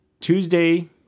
Tuesday